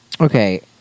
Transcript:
okay